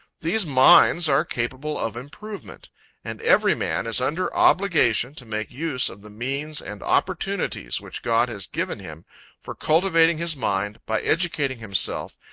these minds are capable of improvement and every man is under obligation to make use of the means and opportunities which god has given him for cultivating his mind, by educating himself,